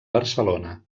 barcelona